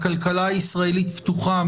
הכלכלה הישראלית פתוחה,